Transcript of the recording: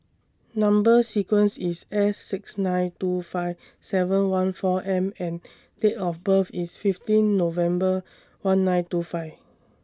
Number sequence IS S six nine two five seven one four M and Date of birth IS fifteen November one nine two five